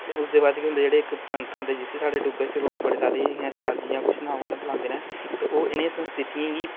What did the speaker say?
ते उसदे बाद च केह् होंदा जेह्ड़े इक पंत औंदे जिस्सी साढ़े डुग्गर च लोग बड़े सारे इ'यां चारजी जां कुछ नांऽ कन्नै बलांदे न ते ओह् इ'नें संस्कृतियें गी